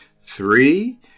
Three